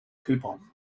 coupon